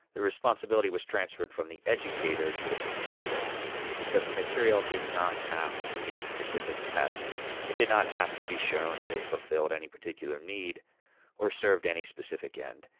the responsibility was transferred from the educator to the pupil because the material did not have to meet specific tests it did not have to be shown that it fulfilled any particular need or served any specific end.